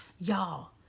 y'all